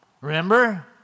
Remember